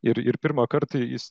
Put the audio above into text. ir pirmą kartą jis